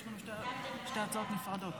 יש לנו שתי הצעות נפרדות.